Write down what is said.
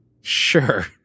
Sure